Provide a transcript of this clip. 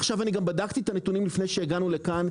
עכשיו אני גם בדקתי את הנתונים לפני שהגענו לכאן,